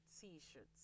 t-shirts